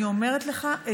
אני אומרת לך,